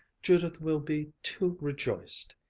judith will be too rejoiced!